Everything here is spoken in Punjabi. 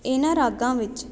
ਇਹਨਾਂ ਰਾਗਾਂ ਵਿੱਚ